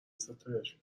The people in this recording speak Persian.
ستایش